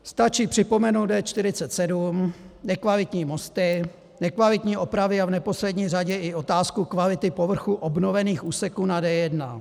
Stačí připomenout D47, nekvalitní mosty, nekvalitní opravy a v neposlední řadě i otázku kvality povrchu obnovených úseků na D1.